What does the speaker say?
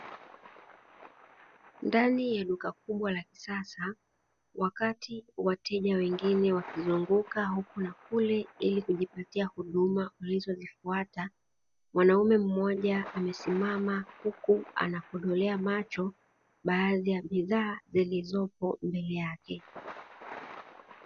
Ndani ya duka kubwa la kisasa wakati wateja wakizunguka huku na kule ili kujipatia huduma walizozifata. Mwanaume mmoja amesimama huku anakodolea macho baadhi ya bidhaa zilizopo mbele yake.